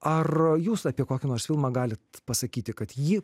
ar jūs apie kokį nors filmą galite pasakyti kad jį